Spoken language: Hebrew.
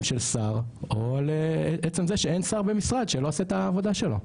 של שר או עצם זה שאין שר במשרד שלא עשה את העבודה שלו.